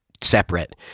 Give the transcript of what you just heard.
separate